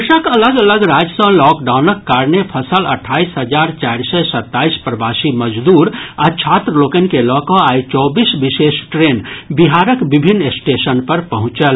देशक अलग अलग राज्य सँ लॉकडाउनक कारणे फंसल अठाईस हजार चारि सय सत्ताईस प्रवासी मजदूर आ छात्र लोकनि के लऽ कऽ आइ चौबीस विशेष ट्रेन बिहारक विभिन्न स्टेशन पर पहुंचल